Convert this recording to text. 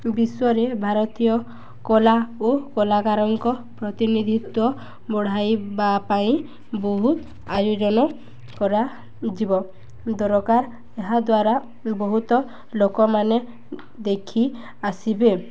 ବିଶ୍ୱରେ ଭାରତୀୟ କଳା ଓ କଳାକାରଙ୍କ ପ୍ରତିନିଧିତ୍ୱ ବଢ଼ାଇବା ପାଇଁ ବହୁତ ଆୟୋଜନ କରାଯିବ ଦରକାର ଏହାଦ୍ୱାରା ବହୁତ ଲୋକମାନେ ଦେଖି ଆସିବେ